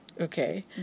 Okay